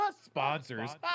Sponsors